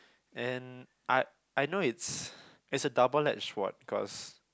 and I I know it's it's a double edged sword cause